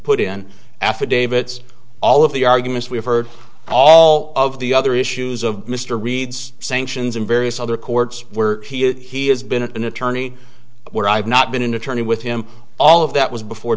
put in affidavits all of the arguments we've heard all of the other issues of mr reed's sanctions and various other courts were he has been an attorney where i've not been an attorney with him all of that was before